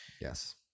Yes